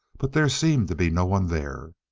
but there seemed to be no one there.